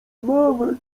nawet